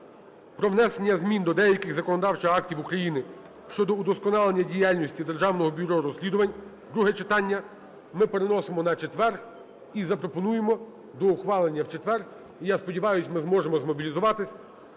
про внесення змін до деяких законодавчих актів України щодо удосконалення діяльності Державного бюро розслідувань (друге читання) ми переносимо на четвер і запропонуємо до ухвалення в четвер. І, я сподіваюся, ми зможемо змобілізуватися